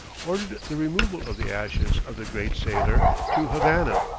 ordered the removal of the ashes of the great sailor to havana,